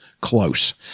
close